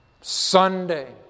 Sunday